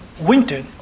winter